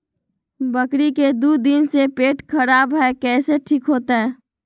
बकरी के दू दिन से पेट खराब है, कैसे ठीक होतैय?